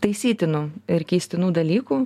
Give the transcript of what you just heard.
taisytinų ir keistinų dalykų